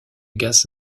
gaz